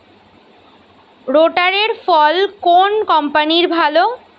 রোটারের ফল কোন কম্পানির ভালো?